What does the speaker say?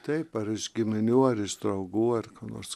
taip ar iš giminių ar iš draugų ar kur nors